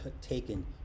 taken